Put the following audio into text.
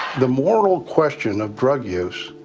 the moral question of drug use,